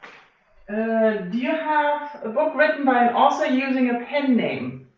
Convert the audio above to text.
and do you have a book written by an author using a pen name?